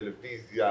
טלוויזיה,